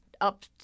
up